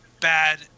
bad